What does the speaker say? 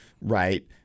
right